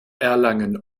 erlangen